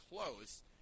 close